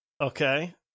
Okay